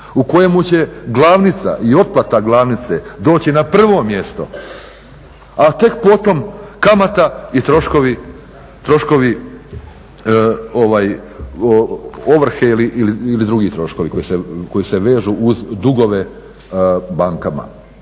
u kojemu će glavnica i otplata glavnice doći na prvo mjesto, a tek potom kamata i troškovi ovrhe ili drugi troškovi koji se vežu uz dugove bankama